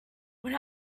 when